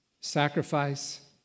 Sacrifice